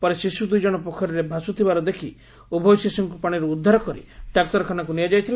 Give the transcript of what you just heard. ପରେ ଶିଶୁ ଦୁଇଜଶ ପୋଖରୀରେ ଭାସୁଥିବାର ଦେଖି ଉଭୟ ଶିଶୁଙ୍କ ପାଶିରୁ ଉଦ୍ଧାର କରି ଡାକ୍ତରଖାନାକୁ ନିଆଯାଇଥିଲା